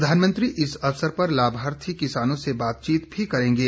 प्रधानमंत्री इस अवसर पर लाभार्थी किसानों से बातचीत भी करेंगे